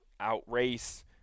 outrace –